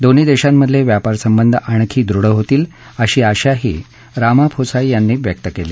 दोन्ही देशांमधले व्यापार संबंध आणखी दृढ होतील अशी आशाही रामाफोसा यांनी व्यक्त केली